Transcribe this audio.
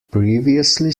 previously